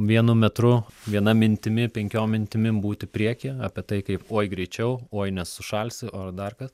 vienu metru viena mintimi penkiom mintimim būti prieky apie tai kaip uoj greičiau oi nes sušalsiu ar dar kad